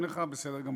משלמים לך, בסדר גמור.